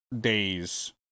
days